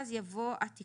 ואז יבוא התיקון,